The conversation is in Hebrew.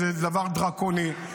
שזה דבר דרקוני,